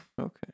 okay